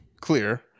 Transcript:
clear